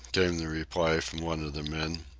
came the reply from one of the men.